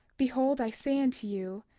behold, i say unto you,